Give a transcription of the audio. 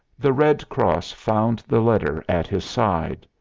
the red cross found the letter at his side.